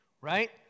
Right